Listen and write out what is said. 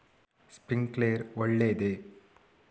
Sprinkler ಒಳ್ಳೇದೇ?